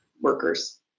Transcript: workers